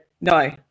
No